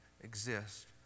exist